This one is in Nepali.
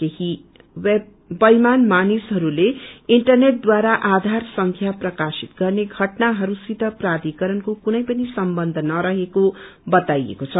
केही केईमान मानिसहरूले इन्टरनेटद्वारा आधार सेवया प्रकाशित गर्ने घटनाहरूसित प्राथिकरणको कुनै पनि सम्बन्ध नरहेको बताइएको छ